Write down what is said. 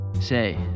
Say